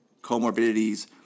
comorbidities